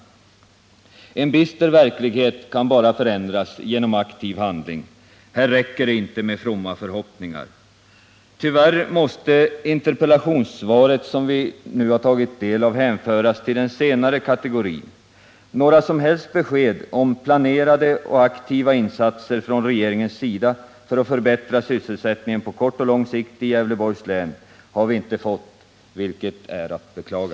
Detta är en bister verklighet som bara kan förändras genom aktiv handling; här räcker det inte med fromma förhoppningar. Tyvärr måste det interpellationssvar, som vi nu tagit del av, hänföras till den senare kategorin. Några som helst besked om planerade aktiva insatser från regeringens sida för att förbättra sysselsättningen på kort och lång sikt i Gävleborgs län har vi inte fått, vilket är att beklaga.